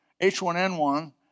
H1N1